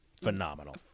phenomenal